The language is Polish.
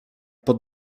pod